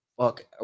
fuck